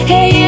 Hey